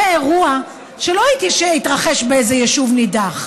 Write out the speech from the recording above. זה אירוע שלא התרחש באיזה יישוב נידח,